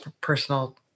personal